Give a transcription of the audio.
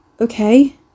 Okay